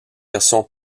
version